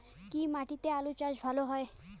কি মাটিতে আলু চাষ ভালো হয়?